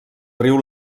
riu